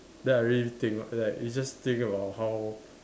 then I really think like you just think about how